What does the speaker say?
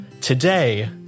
Today